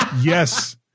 yes